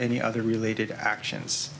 any other related actions